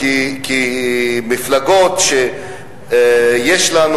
כמפלגות שיש לנו